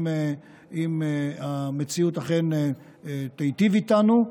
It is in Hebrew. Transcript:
אם המציאות אכן תיטיב איתנו.